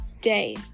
day